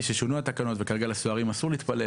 ששונו התקנות וכרגע לסוהרים אסור להתפלל